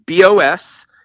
BOS